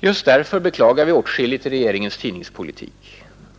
Just därför beklagar vi åtskilligt i regeringens tidningspolitik.